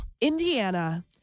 Indiana